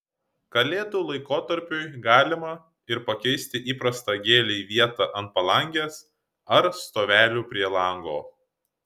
kalėdų laikotarpiui galima ir pakeisti įprastą gėlei vietą ant palangės ar stovelių prie lango